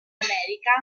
american